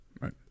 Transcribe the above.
right